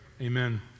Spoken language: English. Amen